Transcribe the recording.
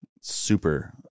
super